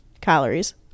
calories